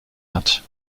hat